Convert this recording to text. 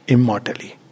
Immortally